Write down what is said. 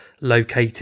located